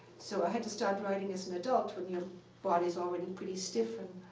so i had to start riding as an adult when your body's already pretty stiff and,